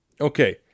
Okay